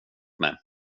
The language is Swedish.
mig